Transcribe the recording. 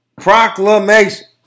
Proclamation